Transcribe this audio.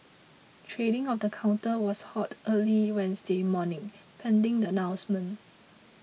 trading of the counter was halted early Wednesday morning pending the announcement